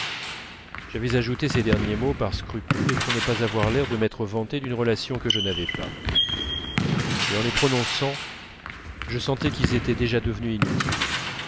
j'avais ajouté ces derniers mots par scrupule et pour ne pas avoir l'air de m'être vanté d'une relation que je n'avais pas mais en les prononçant je sentais qu'ils étaient déjà devenus inutiles